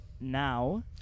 now